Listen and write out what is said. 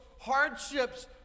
hardships